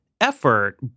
effort